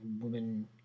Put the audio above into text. woman